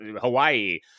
Hawaii